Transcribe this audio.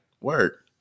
work